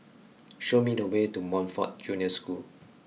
show me the way to Montfort Junior School